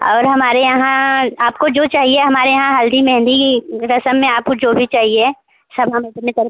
और हमारे यहाँ आपको जो चाहिए हमारे यहाँ हल्दी मेहंदी रस्म में आपको जो भी चाहिए सब हम अपने तरफ